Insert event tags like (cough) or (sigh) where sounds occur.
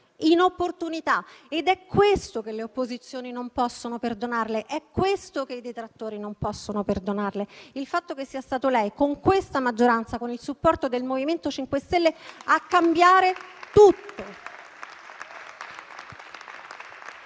in opportunità, ed è questo che le opposizioni non possono perdonarle. È questo che i detrattori non possono perdonarle: il fatto che sia stato lei, con questa maggioranza, con il supporto del MoVimento 5 Stelle, (applause) a cambiare tutto.